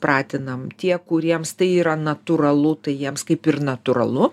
pratinam tie kuriems tai yra natūralu tai jiems kaip ir natūralu